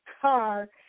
car